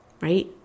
right